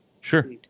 Sure